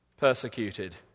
persecuted